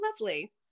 Lovely